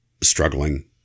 struggling